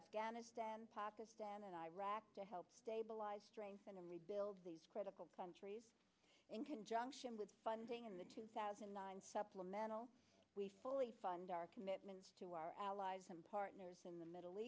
afghanistan pakistan and iraq to help stabilize strengthen and rebuild these critical countries in conjunction with funding in the two thousand and nine supplemental we fully fund our commitments to our allies and partners in the middle